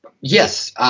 Yes